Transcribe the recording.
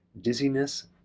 dizziness